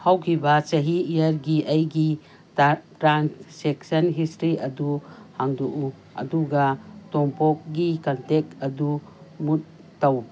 ꯍꯧꯈꯤꯕ ꯆꯍꯤ ꯏꯌꯔꯒꯤ ꯑꯩꯒꯤ ꯇ꯭ꯔꯥꯟꯁꯦꯛꯁꯟ ꯍꯤꯁꯇ꯭ꯔꯤ ꯑꯗꯨ ꯍꯥꯡꯗꯣꯛꯎ ꯑꯗꯨꯒ ꯇꯣꯝꯄꯣꯛꯀꯤ ꯀꯟꯇꯦꯛ ꯑꯗꯨ ꯃꯨꯠ ꯇꯧ